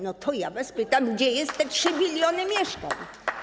No to ja was pytam, gdzie są te 3 mln mieszkań?